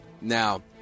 now